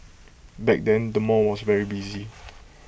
back then the mall was very busy